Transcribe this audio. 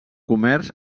comerç